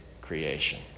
creation